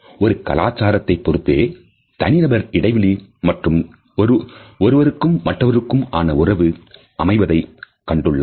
ஒரு கலாச்சாரத்தை பொறுத்தே தனிநபர் இடைவெளி மற்றும் ஒருவருக்கும் மற்றொருவருக்கும் ஆன உறவு அமைவதை கண்டுள்ளார்